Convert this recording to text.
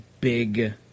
big